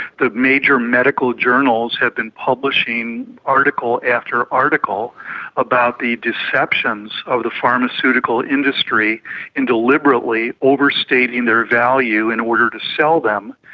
the major medical journals have been publishing article after article about the deceptions of the pharmaceutical industry in deliberately overstating their value in order to sell them.